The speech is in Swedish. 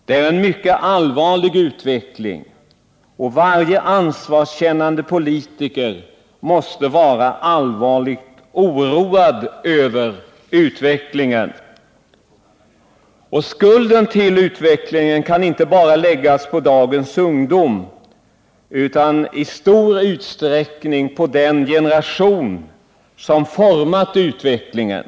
Det är en mycket allvarlig utveckling, och varje ansvarskännande politiker måste vara oroad över den. Skulden till denna utveckling kan inte bara läggas på dagens ungdom, utan i stor utsträckning på den generation som har format utvecklingen.